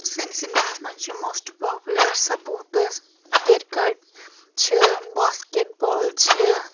سٲنِس انڈیا ہس منٛز چھُ موسٹ پاپُلر سپوٹس کرکٹ چھِ باسکٹ بال چھِ